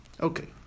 Okay